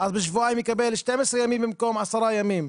אז בשבועיים יקבל 12 ימים במקום עשרה ימים.